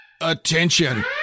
Attention